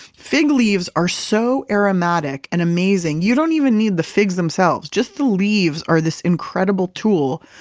fig leaves are so aromatic and amazing. you don't even need the figs themselves. just the leaves are this incredible tool.